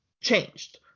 changed